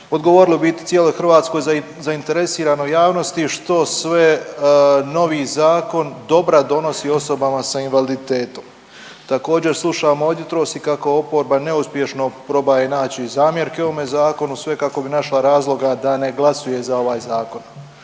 odgovorili u biti cijeloj hrvatskoj zainteresiranoj javnosti što sve novi zakon dobra donosi osobama sa invaliditetom. Također slušamo od jutros i kako oporba neuspješno probaje naći zamjerke ovome zakonu sve kako bi našla razloga da ne glasuje za ovaj zakon,